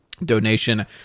Donation